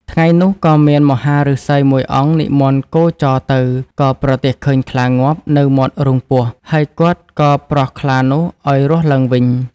ថ្ងៃនោះក៏មានមហាឫសីមួយអង្គនិមន្តគោចរទៅ ក៏ប្រទះឃើញខ្លាងាប់នៅមាត់រូងពស់ ហើយគាត់ក៏ប្រោះខ្លានោះឱ្យរស់ឡើងវិញ។